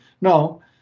no